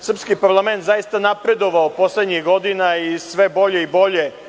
srpski parlament zaista napredovao poslednjih godina i sve bolje i bolje